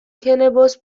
پول